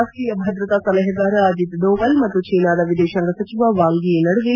ರಾಷ್ಷೀಯ ಭದ್ರತಾ ಸಲಹೆಗಾರ ಅಜಿತ್ ದೋವಲ್ ಮತ್ತು ಚೀನಾದ ವಿದೇಶಾಂಗ ಸಚಿವ ವಾಂಗ್ ಯಿ ನಡುವೆ